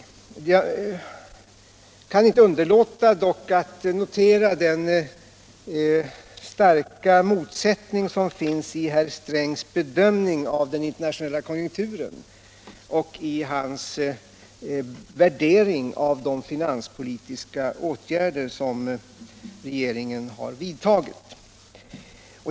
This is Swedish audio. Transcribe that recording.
Jag kan dock inte underlåta att notera den starka motsättning som finns mellan herr Strängs bedömning av den internationella konjunkturen och hans värdering av de finanspolitiska åtgärder som regeringen har vidtagit.